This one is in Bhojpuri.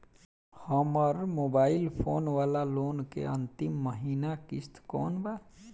हमार मोबाइल फोन वाला लोन के अंतिम महिना किश्त कौन बा?